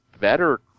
better